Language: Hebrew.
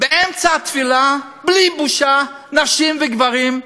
באמצע התפילה, בלי בושה, נשים וגברים,